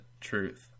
truth